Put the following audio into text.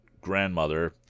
grandmother